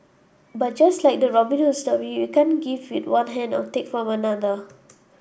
but just like the Robin Hood story you can't give with one hand and take from another